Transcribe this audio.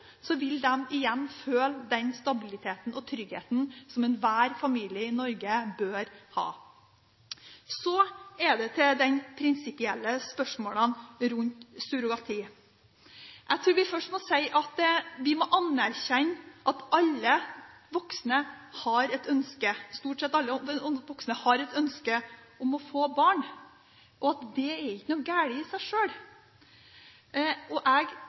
Så til de prinsipielle spørsmålene rundt surrogati. Jeg tror vi først må si at vi må anerkjenne at stort sett alle voksne har et ønske om å få barn, og at det ikke er noe galt i seg sjøl. Jeg vil overhodet ikke være med og